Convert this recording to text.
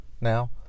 now